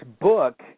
book